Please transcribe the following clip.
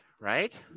right